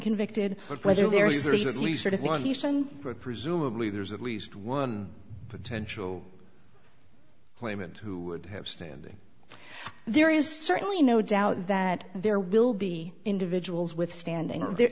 stand for presumably there's at least one potential claimant who would have standing there is certainly no doubt that there will be individuals with standing there